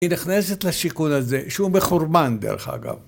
היא נכנסת לשיכון הזה, שהוא מחורבן דרך אגב.